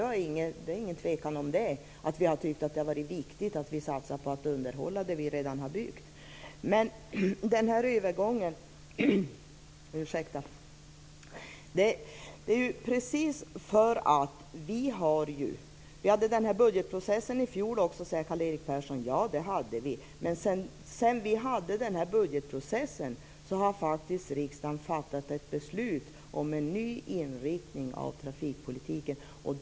Vi har utan tvekan tyckt att det har varit viktigt att satsa på att underhålla det vi redan har byggt. Vi hade den här budgetprocessen i fjol också, säger Karl-Erik Persson. Ja, det hade vi. Men efter budgetprocessen har riksdagen faktiskt fattat ett beslut om en ny inriktning av trafikpolitiken.